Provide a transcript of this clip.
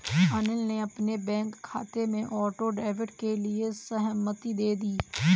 अनिल ने अपने बैंक खाते में ऑटो डेबिट के लिए सहमति दे दी